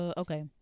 okay